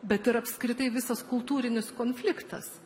bet ir apskritai visas kultūrinis konfliktas